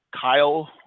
Kyle